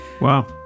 Wow